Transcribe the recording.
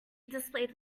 displayed